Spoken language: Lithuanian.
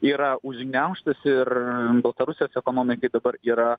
yra užgniaužtas ir baltarusijos ekonomikai dabar yra